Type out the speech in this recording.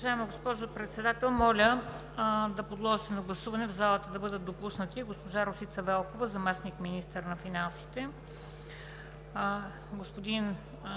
Уважаема госпожо Председател, моля да подложите на гласуване в залата да бъдат допуснати: госпожа Росица Велкова – заместник-министър на финансите;